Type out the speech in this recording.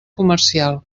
comercial